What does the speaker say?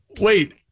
Wait